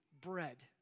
bread